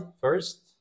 first